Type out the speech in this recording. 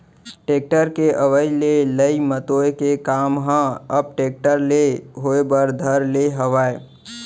tractor के अवई ले लई मतोय के काम ह अब टेक्टर ले होय बर धर ले हावय